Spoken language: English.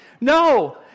No